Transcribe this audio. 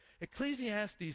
Ecclesiastes